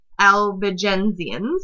Albigensians